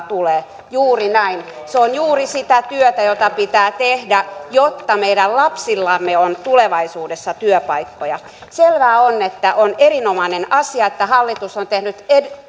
tulee juuri näin se on juuri sitä työtä jota pitää tehdä jotta meidän lapsillamme on tulevaisuudessa työpaikkoja selvää on että on erinomainen asia että hallitus on tehnyt